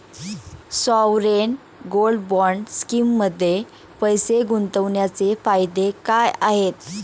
Sovereign gold bond स्कीममध्ये पैसे गुंतवण्याचे फायदे काय आहेत?